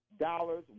dollars